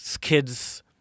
kids